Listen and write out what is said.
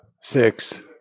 Six